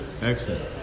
Excellent